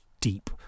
deep